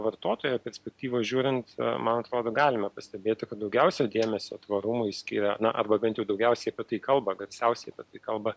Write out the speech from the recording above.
vartotojo perspektyvos žiūrint man atrodo galima pastebėti kad daugiausia dėmesio tvarumui skiria na arba bent jau daugiausiai apie tai kalba garsiausiai bet tai kalba